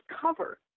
cover